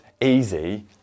easy